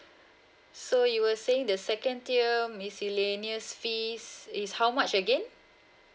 so you were saying the second tier miscellaneous fees is how much again